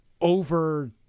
over